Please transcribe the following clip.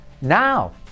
Now